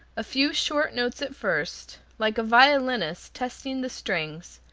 a few short notes at first, like a violinist testing the strings,